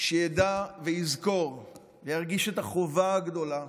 שידע ויזכור וירגיש את החובה הגדולה